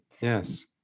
yes